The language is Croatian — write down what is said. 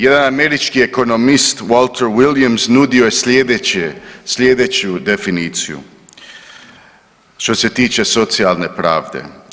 Jedan američki ekonomist Walter Williams nudio je sljedeću definiciju što se tiče socijalne pravde.